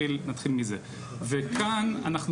נתחיל מזה.